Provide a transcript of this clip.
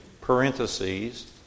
parentheses